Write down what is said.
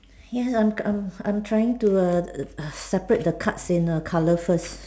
ya I'm I'm I'm trying to err separate the cards in err colour first